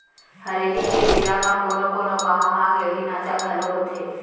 हरेली के बेरा म कोनो कोनो गाँव म गेड़ी नाचा घलोक होथे